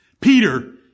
Peter